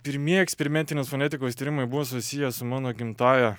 pirmieji eksperimentinės fonetikos tyrimai buvo susiję su mano gimtąja